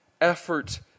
effort